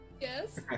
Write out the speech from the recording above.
Yes